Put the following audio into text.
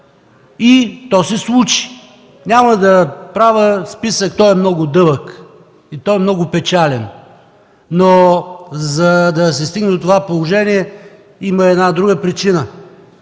И то се случи! Няма да правя списък, той е много дълъг и много печален. Но за да се стигне до това положение, има друга причина.